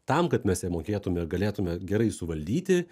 tam kad mes ją mokėtume ir galėtume gerai suvaldyti